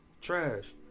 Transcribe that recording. Trash